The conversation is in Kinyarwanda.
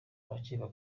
abakeka